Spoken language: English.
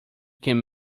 can